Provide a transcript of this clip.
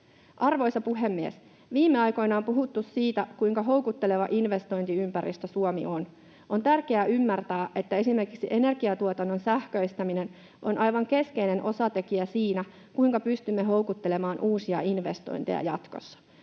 Arvoisa puhemies! Viime aikoina on puhuttu siitä, kuinka houkutteleva investointiympäristö Suomi on. On tärkeää ymmärtää, että esimerkiksi energiatuotannon sähköistäminen on aivan keskeinen osatekijä siinä, kuinka pystymme houkuttelemaan uusia investointeja jatkossa.